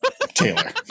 Taylor